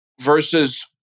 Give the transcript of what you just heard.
versus